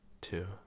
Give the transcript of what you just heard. two